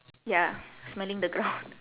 ya smelling the ground